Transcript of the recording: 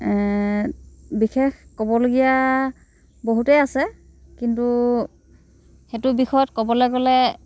বিশেষ ক'বলগীয়া বহুতে আছে কিন্তু সেইটো বিষয়ত ক'বলৈ গ'লে